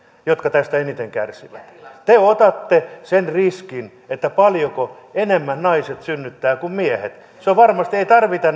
jotka tästä eniten kärsivät te otatte sen riskin että paljonko enemmän naiset synnyttävät kuin miehet ei tarvita